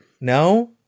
No